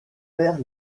père